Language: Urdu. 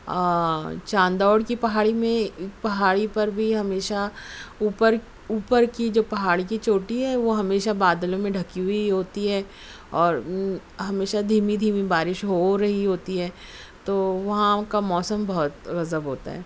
چاندوڑ کی پہاڑی میں پہاڑی پر بھی ہمیشہ اوپر اوپر کی جو پہاڑی کی چوٹی ہے وہ ہمیشہ بادلوں میں ڈھکی ہوئی ہوتی ہے اور ہمیشہ دھیمی دھیمی بارش ہو رہی ہوتی ہے تو وہاں کا موسم بہت غضب ہوتا ہے